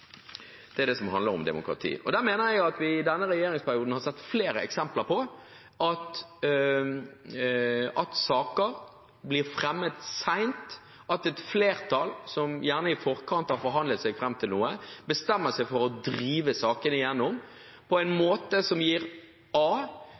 saken er det som handler om demokrati. Jeg mener at vi i denne regjeringsperioden har sett flere eksempler på at saker blir fremmet sent, at et flertall som gjerne i forkant har forhandlet seg fram til noe, bestemmer seg for å drive sakene igjennom på en